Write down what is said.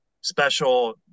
special